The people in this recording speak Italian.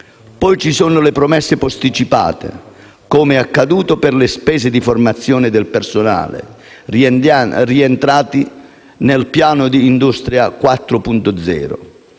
sono, poi, le promesse posticipate, come è accaduto per le spese di formazione del personale rientranti nel Piano industria 4.0,